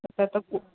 त त पू